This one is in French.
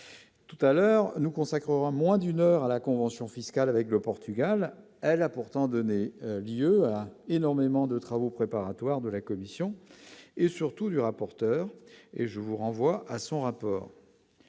Tout à l'heure, nous consacrons à moins d'une heure à la convention fiscale avec le Portugal, elle a pourtant donné lieu à énormément de travaux préparatoires de la commission et surtout du rapporteur, et je vous renvoie à son rapport.